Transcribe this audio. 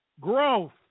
growth